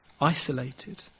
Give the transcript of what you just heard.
isolated